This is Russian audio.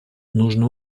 нужно